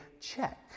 check